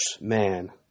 man